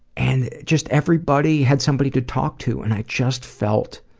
and just, everybody had somebody to talk to and i just felt